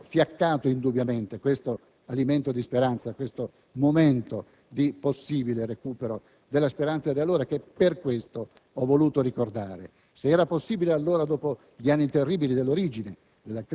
hanno fiaccato indubbiamente questo elemento di speranza e questo momento di possibile recupero della speranza. È per questo che ho voluto ricordare. Se era possibile allora, dopo gli anni terribili dell'origine